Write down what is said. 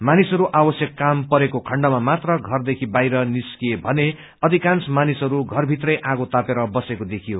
मानिसहरू आवश्यक काम परेको खण्डमा ामात्र घरदेखि बाहिर निस्किए भने अधिकांश मानिसहरू घरमित्रै आगो तापेर बसेको देखियो